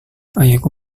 ayahku